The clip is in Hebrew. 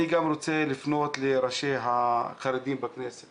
אני גם רוצה לפנות לראשי החרדים בכנסת